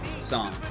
song